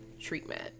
treatment